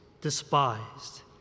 despised